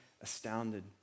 astounded